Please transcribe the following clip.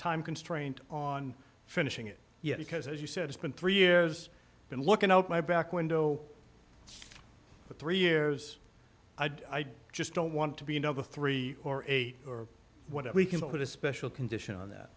time constraint on finishing it yet because as you said it's been three years been looking up my back window for three years i'd just don't want to be number three or eight or whatever we can put a special condition on that